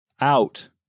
out